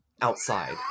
outside